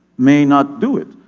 may not do it.